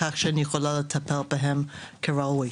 כך שאני יכולה לטפל בהם כראוי